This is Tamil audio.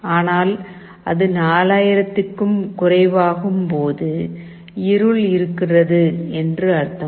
ஆனால் அது 4000 க்கும் குறைவாகும் போது இருள் இருக்கிறது என்று அர்த்தம்